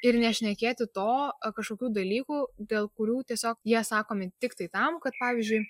ir nešnekėti to kažkokių dalykų dėl kurių tiesiog jie sakomi tiktai tam kad pavyzdžiui